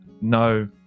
no